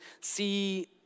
see